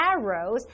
arrows